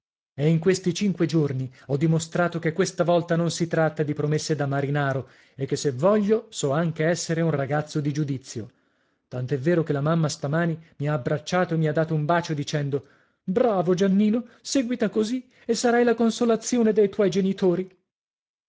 e in questi cinque giorni ho dimostrato che questa volta non si tratta di promesse da marinaro e che se voglio so anche essere un ragazzo di giudizio tant'è vero che la mamma stamani mi ha abbracciato e mi ha dato un bacio dicendo bravo giannino seguita così e sarai la consolazione dei tuoi genitori